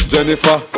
Jennifer